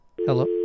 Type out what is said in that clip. Hello